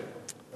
התשע"ב 2012,